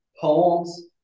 poems